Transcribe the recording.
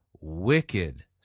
wicked